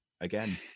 again